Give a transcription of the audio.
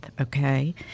okay